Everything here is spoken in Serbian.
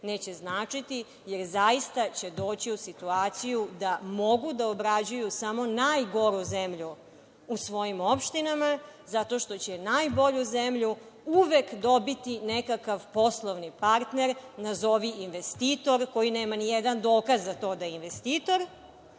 neće značiti, jer zaista će doći u situaciju da mogu da obrađuju samo najgoru zemlju u svojim opštinama zato što će najbolju zemlju dobiti nekakav poslovni partner, nazovi investitor, koji nema ni jedan dokaz za to da je investitor